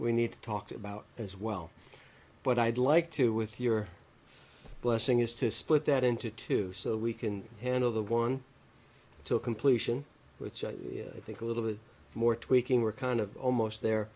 we need to talk about as well but i'd like to with your blessing is to split that into two so we can handle the one to completion which i think a little bit more tweaking we're kind of almost there